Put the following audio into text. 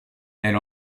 elle